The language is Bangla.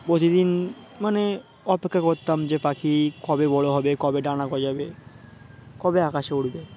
প্রতিদিন মানে অপেক্ষা করতাম যে পাখি কবে বড়ো হবে কবে ডানা গজাবে কবে আকাশে উঠবে